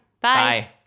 Bye